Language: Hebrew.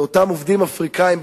אותם עובדים אפריקנים,